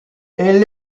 elle